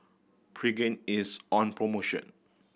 pregain is on promotion